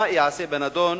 1. מה ייעשה בנדון?